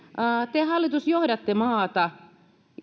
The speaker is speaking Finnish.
te hallitus johdatte maata